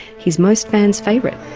he's most fans' favourite.